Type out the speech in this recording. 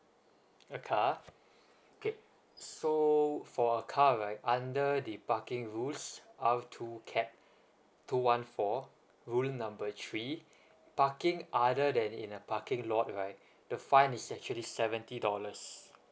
a car okay so for a car right under the parking rules are two two one four ruling number three parking other than in a parking lot right the fine is actually seventy dollars